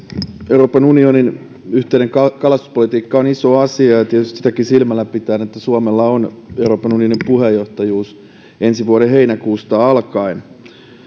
euroopan unionin yhteinen kalastuspolitiikka on iso asia tietysti sitäkin silmällä pitäen että suomella on euroopan unionin puheenjohtajuus ensi vuoden heinäkuusta alkaen